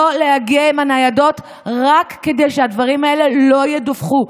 להגיע עם ניידות רק כדי שהדברים האלה לא ידווחו.